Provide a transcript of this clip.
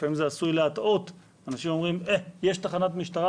לפעמים זה עשוי להטעות כי אנשים אומרים: יש תחנת משטרה?